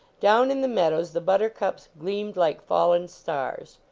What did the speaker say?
down in the meadows the buttercups gleamed like fallen stars.